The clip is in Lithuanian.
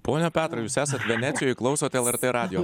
pone petrai jūs esat venecijoj klausot lrt radijo